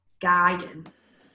guidance